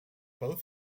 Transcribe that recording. both